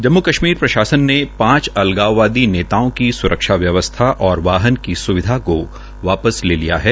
जम्म् कश्मीर प्रशासन ने पांच अलगाववादी नेताओं की सुरक्षा व्यवस्था और वाहनों की स्विधा को वापस ले लिया है